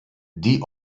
die